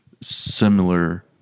similar